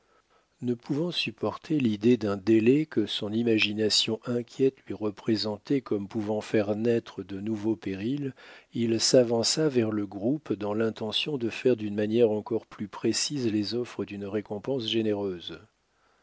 ne pouvant supporter l'idée d'un délai que son imagination inquiète lui représentait comme pouvant faire naître de nouveaux périls il s'avança vers le groupe dans l'intention de faire d'une manière encore plus précise les offres d'une récompense généreuse